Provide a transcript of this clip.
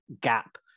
gap